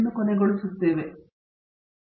ತುಂಬಾ ಧನ್ಯವಾದಗಳು